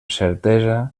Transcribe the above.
certesa